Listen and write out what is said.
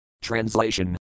Translation